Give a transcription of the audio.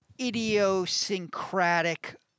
idiosyncratic